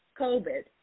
COVID